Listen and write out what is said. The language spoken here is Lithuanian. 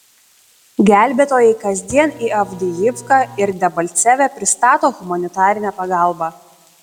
gelbėtojai kasdien į avdijivką ir debalcevę pristato humanitarinę pagalbą